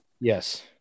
Yes